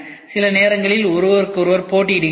சில நேரங்களில் ஒருவருக்கொருவர் போட்டியிடுகின்றன